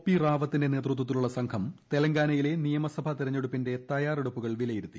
P റാവത്തിന്റെ നേതൃത്വത്തിലുള്ള സംഘം തെലങ്കാനയിലെ നിയമസഭാ തെരഞ്ഞെടുപ്പിന്റെ തയ്യാറെടുപ്പുകൾ വിലയിരുത്തി